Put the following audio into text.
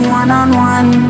one-on-one